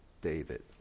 David